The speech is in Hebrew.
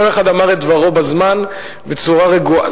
כל אחד אמר את דברו בזמן, בצורה רגועה.